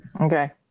Okay